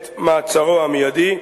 את מעצרו המיידי.